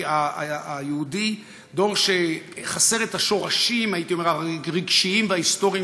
דור שחסר את השורשים הרגשיים וההיסטוריים